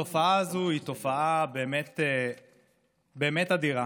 התופעה הזו היא תופעה באמת אדירה.